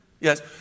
yes